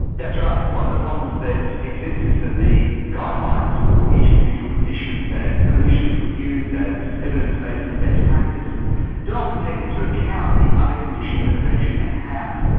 that's right. one of the problems that exist is that the guidelines for each individual condition that clinicians would use as evidence based and best practice don't often take into account the other condition that a patient may have.